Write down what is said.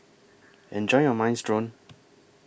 Enjoy your Minestrone